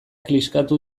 kliskatu